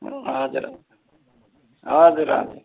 हजुर हजुर हजुर